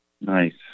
Nice